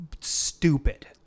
stupid